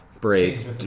break